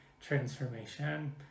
transformation